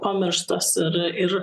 pamirštas ir ir